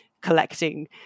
collecting